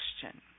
question